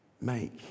Make